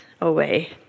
away